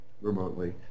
remotely